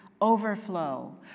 overflow